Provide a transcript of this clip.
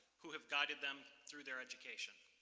who have guided them through their education.